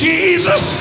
Jesus